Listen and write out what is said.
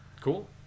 Cool